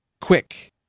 quick